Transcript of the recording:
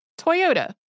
Toyota